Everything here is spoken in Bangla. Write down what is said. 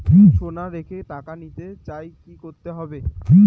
সোনা রেখে টাকা নিতে চাই কি করতে হবে?